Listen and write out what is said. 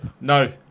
No